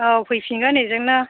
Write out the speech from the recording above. औ फैफिनगोन बिजोंनो